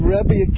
Rebbe